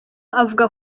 avuga